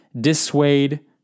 dissuade